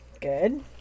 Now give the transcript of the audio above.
Good